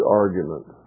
argument